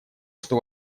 что